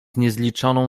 niezliczoną